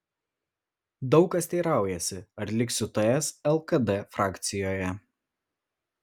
daug kas teiraujasi ar liksiu ts lkd frakcijoje